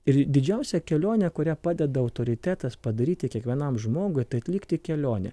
ir didžiausia kelionė kurią padeda autoritetas padaryti kiekvienam žmogui tai atlikti kelionę